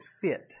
fit